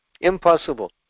Impossible